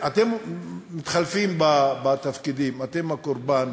אתם מתחלפים בתפקידים, אתם הקורבן,